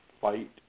fight